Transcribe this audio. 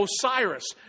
Osiris